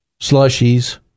slushies